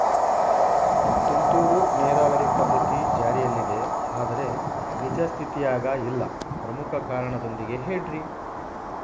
ತುಂತುರು ನೇರಾವರಿ ಪದ್ಧತಿ ಜಾರಿಯಲ್ಲಿದೆ ಆದರೆ ನಿಜ ಸ್ಥಿತಿಯಾಗ ಇಲ್ಲ ಪ್ರಮುಖ ಕಾರಣದೊಂದಿಗೆ ಹೇಳ್ರಿ?